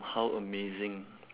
how amazing